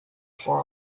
for